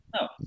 No